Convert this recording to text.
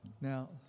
Now